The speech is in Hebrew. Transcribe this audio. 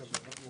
תודה רבה.